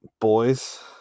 Boys